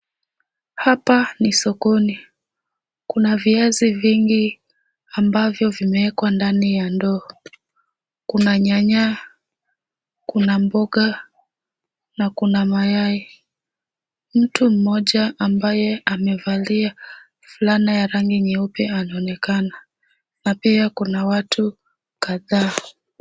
Hapa ni sokoni. Kuna viazi vingi ambavyo vimewekwa ndani ya ndoo. Kuna nyanya, kuna mboga na kuna mayai. Mtu mmoja ambaye amevalia fulana ya rangi nyeupe anaonekana na pia kuna watu kadhaa.